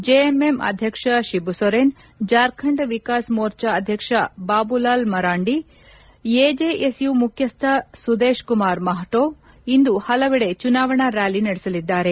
JMM ಅಧ್ಯಕ್ಷ ಶಿಬು ಸೊರೆನ್ ಜಾರ್ಖಂಡ್ ವಿಕಾಸ್ ಮೋರ್ಚಾ ಅಧ್ಯಕ್ಷ Babulal Marandi AJSU ಮುಖ್ಯಸ್ಥ ಸುದೇಶ್ ಕುಮಾರ್ ಮಾಹ್ಲೊ ಇಂದು ಪಲವಡೆ ಚುನಾವಣಾ ರ್ನಾಲಿ ನಡೆಸಲಿದ್ದಾರೆ